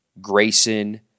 Grayson